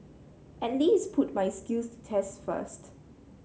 at least put my skills to test first